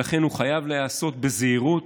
ולכן הוא חייב להיעשות בזהירות,